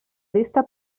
llista